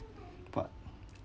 but